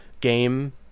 game